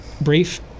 brief